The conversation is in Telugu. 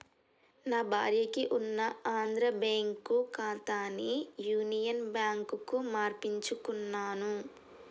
నా భార్యకి ఉన్న ఆంధ్రా బ్యేంకు ఖాతాని యునియన్ బ్యాంకుకు మార్పించుకున్నాను